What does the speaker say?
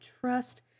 trust